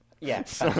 Yes